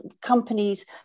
companies